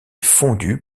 fondu